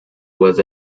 was